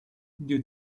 due